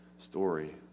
story